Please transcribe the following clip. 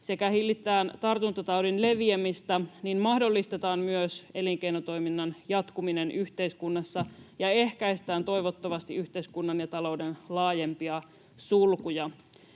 sekä hillitään tartuntataudin leviämistä, mahdollistetaan myös elinkeinotoiminnan jatkuminen yhteiskunnassa ja ehkäistään toivottavasti yhteiskunnan ja talouden laajempia sulkuja.